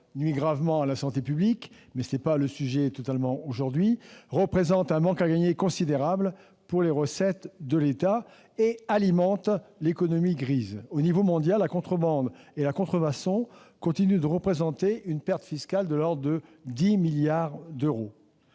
nuit gravement à la santé publique- ce n'est pas le sujet aujourd'hui -, représente un manque à gagner considérable pour les recettes de l'État et alimente l'économie grise. À l'échelon mondial, la contrebande et la contrefaçon continuent de représenter une perte fiscale de l'ordre de 10 milliards d'euros.